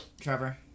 Trevor